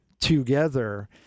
together